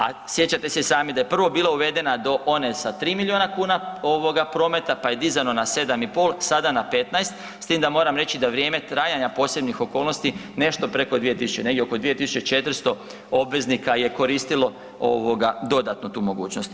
A sjećate se sami da je prvo bila uvedena do one sa 3 milijuna kuna prometa, pa je dizano na 7,5, sada na 15, s tim da moram reći da vrijeme trajanja posebnih okolnosti nešto preko 2 tisuće, negdje oko 2 400 obveznika je koristilo dodatno tu mogućnost.